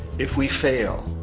if we fail,